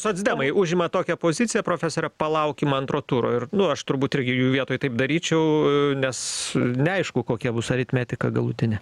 socdemai užima tokią poziciją profesore palaukim antro turo ir nu aš turbūt irgi jų vietoj taip daryčiau nes neaišku kokia bus aritmetika galutinė